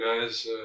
guys